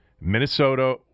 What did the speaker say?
Minnesota